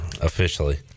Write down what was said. officially